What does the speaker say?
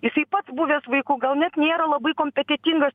jisai pats buvęs vaiku gal net nėra labai kompetentingas